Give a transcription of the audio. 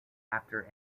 after